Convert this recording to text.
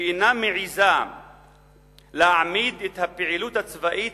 שאינה מעזה להעמיד את הפעילות הצבאית,